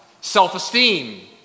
Self-esteem